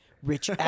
rich